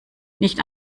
nicht